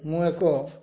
ମୁଁ ଏକ